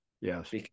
Yes